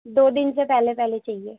دو دن سے پہلے پہلے چاہیے